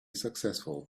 successful